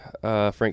Frank